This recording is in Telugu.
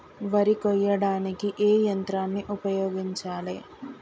వరి కొయ్యడానికి ఏ యంత్రాన్ని ఉపయోగించాలే?